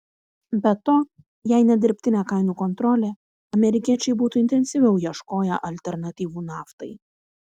be to jei ne dirbtinė kainų kontrolė amerikiečiai būtų intensyviau ieškoję alternatyvų naftai